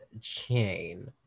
chain